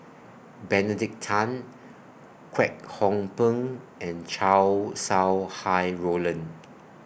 Benedict Tan Kwek Hong Png and Chow Sau Hai Roland